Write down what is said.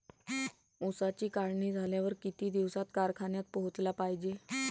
ऊसाची काढणी झाल्यावर किती दिवसात कारखान्यात पोहोचला पायजे?